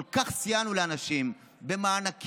כל כך סייענו לאנשים במענקים,